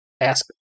ask